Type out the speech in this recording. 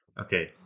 Okay